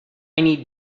need